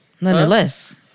nonetheless